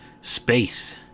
space